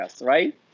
right